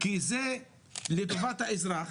כי זה לטובת האזרח,